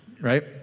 right